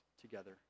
together